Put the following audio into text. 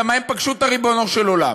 כי הם פגשו את הריבונו של עולם.